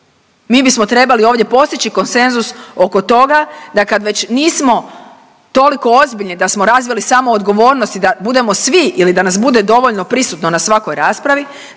Mi bismo trebali ovdje postići konsenzus oko toga da kad već nismo toliko ozbiljni da smo razvili samo odgovornost i da budemo svili ili da nas bude dovoljno prisutno na svakoj raspravi